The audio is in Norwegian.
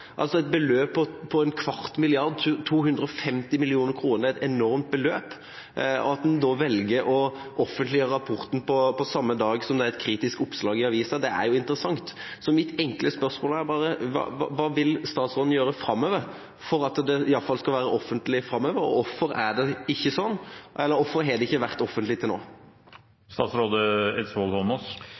Et beløp på en kvart milliard – 250 mill. kr – er et enormt beløp. At en da velger å offentliggjøre rapporten på samme dag som det er et kritisk oppslag i avisen, er jo interessant. Så mitt enkle spørsmål er bare: Hva vil statsråden gjøre framover for at dette iallfall skal være offentlig framover? Og hvorfor har det ikke vært offentlig til nå? Vi satte jo i gang den undersøkelsen, det